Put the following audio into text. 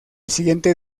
siguiente